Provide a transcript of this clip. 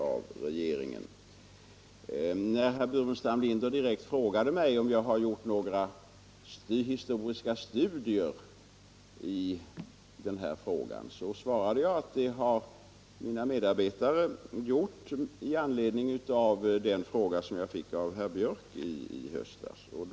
När herr Burenstam Linder direkt frågade mig om jag gjort några his Om åtgärder för att toriska studier i denna fråga svarade jag att mina medarbetare gjort det — avskaffa påminnelmed anledning av den fråga som herr Björck i Nässjö ställde till mig — ser om att Sverige i höstas.